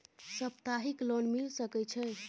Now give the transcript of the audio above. सप्ताहिक लोन मिल सके छै?